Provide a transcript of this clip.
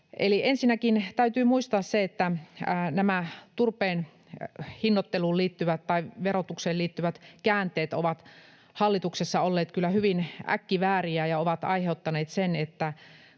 Ensinnäkin täytyy muistaa, että nämä turpeen hinnoitteluun tai verotukseen liittyvät käänteet ovat hallituksessa olleet kyllä hyvin äkkivääriä ja ovat aiheuttaneet sen, että